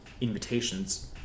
invitations